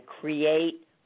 create